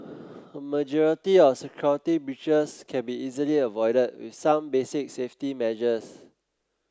a majority of security breaches can be easily avoided with some basic safety measures